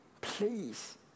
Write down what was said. please